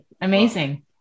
Amazing